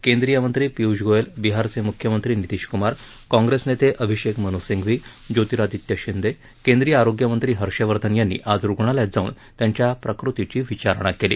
केंद्रीय मंत्री पिय्ष गोयल बिहारचे म्ख्यमंत्री नितिश कुमार काँग्रेस नेते अभिषेक मन् सिंघवी ज्योतिरादित्य शिंदे केंद्रीय आरोग्यमंत्री हर्षवर्धन यांनी आज रुग्णालयात जाऊन त्यांच्या प्रक़तीची विचारणा केली